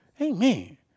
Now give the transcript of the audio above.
Amen